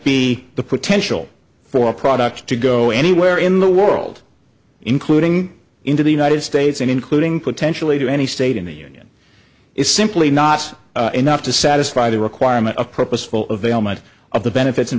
be the potential for a product to go anywhere in the world including into the united states and including potentially to any state in the union is simply not enough to satisfy the requirement of purposeful avail much of the benefits and